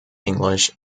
english